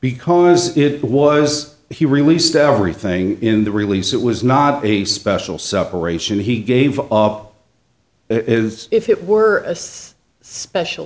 because it was he released everything in the release it was not a special separation he gave it is if it were a special